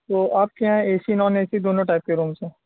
تو آپ کے یہاں A C non A C دونوں ٹائپ کے رومس ہیں